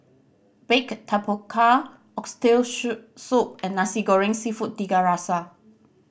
baked tapioca oxtail soup and Nasi Goreng Seafood Tiga Rasa